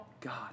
God